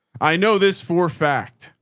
i know this. for fact,